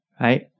Right